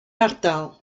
ardal